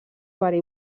verí